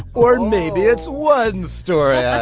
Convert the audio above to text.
or maybe it's one story yeah